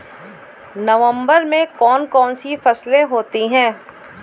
नवंबर में कौन कौन सी फसलें होती हैं?